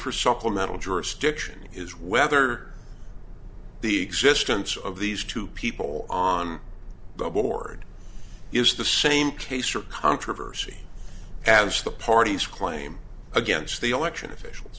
for supplemental jurisdiction is whether the existence of these two people on board is the same case or controversy as the parties claim against the election officials